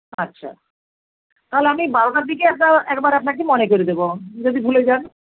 আচ্ছা তাহলে আমি এই বারোটার দিকে একটা একবার আপনাকে মনে করিয়ে দেবো যদি ভুলে যান